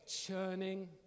churning